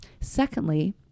Secondly